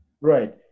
Right